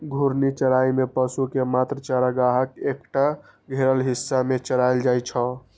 घूर्णी चराइ मे पशु कें मात्र चारागाहक एकटा घेरल हिस्सा मे चराएल जाइ छै